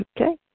Okay